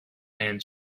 and